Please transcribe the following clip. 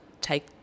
take